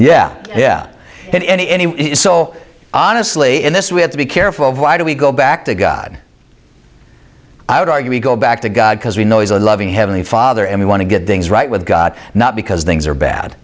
yeah yeah in any anyway so honestly in this we have to be careful why do we go back to god i would argue we go back to god because we know he's a loving heavenly father and we want to get things right with god not because things are bad